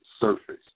surface